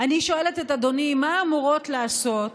אני שואלת, אדוני, מה אמורות לעשות